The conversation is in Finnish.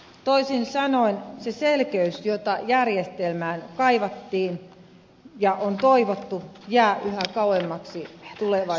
toisin sanoen se selkeys jota järjestelmään kaivattiin ja on toivottu jää yhä kaukaisemmaksi tulevaisuuden toiveeksi